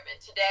Today